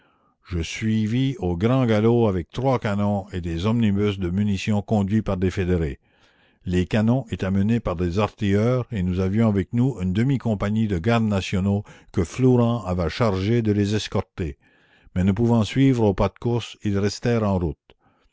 je suivis au grand galop avec trois canons et des omnibus de munitions conduits par des fédérés les canons étaient menés par des artilleurs et nous avions avec nous une demicompagnie de gardes nationaux que flourens avait chargés de les escorter mais ne pouvant suivre au pas de course ils restèrent en route